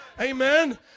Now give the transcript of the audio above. Amen